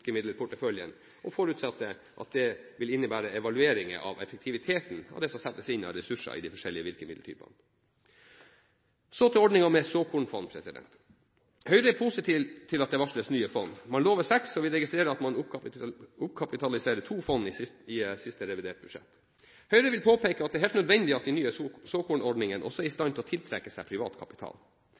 virkemiddelporteføljen og forutsetter at det vil innebære evalueringer av effektiviteten av det som settes inn av ressurser i de forskjellige virkemiddeltypene. Så til ordningen med såkornfond. Høyre er positiv til at det varsles nye fond. Man lover seks fond, og vi registrerer at man oppkapitaliserer to fond i siste revidert budsjett. Høyre vil påpeke at det er helt nødvendig at den nye såkornordningen også er i stand til å tiltrekke seg privat kapital.